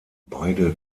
beide